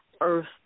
earth